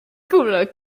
culla